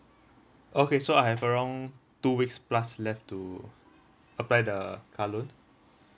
okay so I have around two weeks plus left to apply the car loan